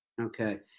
Okay